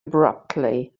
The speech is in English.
abruptly